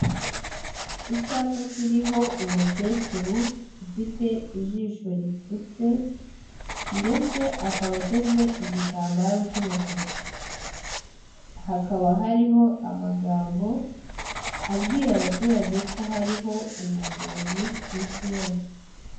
Icyapa kiriho umukecuru ufite ijisho ripfutse ndetse akaba ateze igitambaro cy'umutuku, hakaba hariho amagambo abwira abaturage ko hariho ubuvuzi ku isi hose.